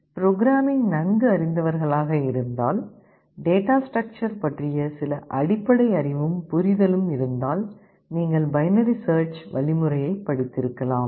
programming நன்கு அறிந்தவர்களாக இருந்தால் டேட்டா ஸ்டிரக்சர் பற்றிய சில அடிப்படை அறிவும் புரிதலும் இருந்தால் நீங்கள் பைனரி சேர்ச் வழிமுறையைக் படித்திருக்கலாம்